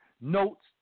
notes